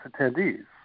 attendees